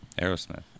Aerosmith